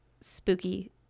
spooky